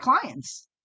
clients